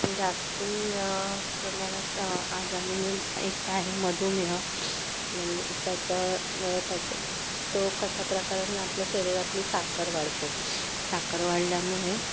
जास्ती प्रमाणात आजार म्हणजे एक आहे मधुमेह म्हणजे त्याच्यामुळे त्याच्या तो कशा प्रकाराने आपल्या शरीरातली साखर वाढते साखर वाढल्यामुळे